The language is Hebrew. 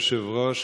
כבוד היושב-ראש,